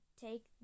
take